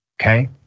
Okay